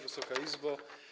Wysoka Izbo!